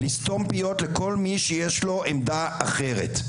לסתום פיות לכל מי שיש לו עמדה אחרת,